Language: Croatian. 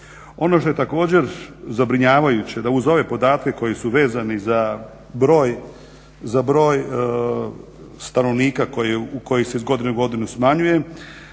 Ono što je također zabrinjavajuće da uz ove podatke koji su vezani za broj, za broj stanovnika koji se iz godine u godinu smanjuje